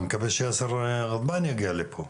אני מקווה שיאסר גדבאן יגיע לפה.